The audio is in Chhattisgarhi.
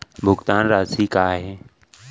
भुगतान राशि का हे?